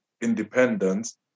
independence